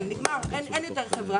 אין יותר חברה.